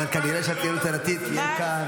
אבל כנראה שהציונות הדתית תהיה כאן,